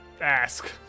ask